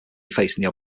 facing